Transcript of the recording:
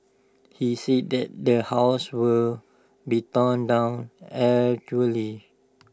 he said that the house will be torn down actually